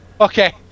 Okay